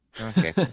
Okay